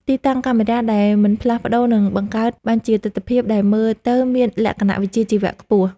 ទីតាំងកាមេរ៉ាដែលមិនផ្លាស់ប្តូរនឹងបង្កើតបានជាទិដ្ឋភាពដែលមើលទៅមានលក្ខណៈវិជ្ជាជីវៈខ្ពស់។